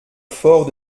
fort